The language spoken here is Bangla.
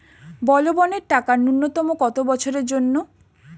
বলবনের টাকা ন্যূনতম কত বছরের জন্য?